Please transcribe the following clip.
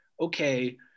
okay